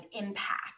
impact